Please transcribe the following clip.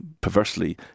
perversely